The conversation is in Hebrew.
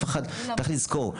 צריך לזכור,